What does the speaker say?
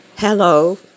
Hello